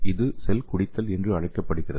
இது 'செல் குடித்தல்' என்று அழைக்கப்படுகிறது